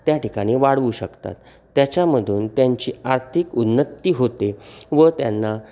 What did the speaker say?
त्या ठिकाणी वाढवू शकतात त्याच्यामधून त्यांची आर्थिक उन्नत्ती होते व त्यांना